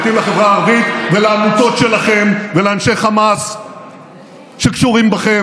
נותנים לחברה הערבית ולעמותות שלכם ולאנשי חמאס שקשורים בכם.